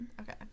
Okay